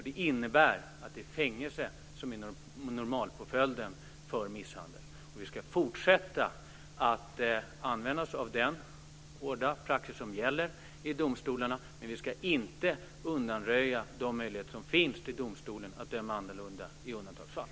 Det innebär att fängelse är normalpåföljden för misshandel. Vi ska fortsätta att använda oss av den hårda praxis som gäller i domstolarna. Men vi ska inte undanröja de möjligheter som finns för domstolen att döma annorlunda i undantagsfall.